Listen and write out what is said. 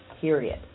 period